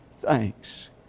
thanks